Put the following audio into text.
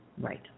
right